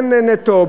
כן נטו,